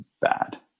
bad